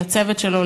לצוות שלו,